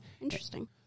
Interesting